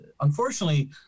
unfortunately